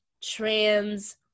trans